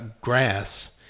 grass